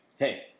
Hey